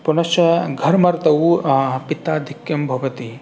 पुनश्च घर्म ऋतौ पित्ताधिक्यं भवति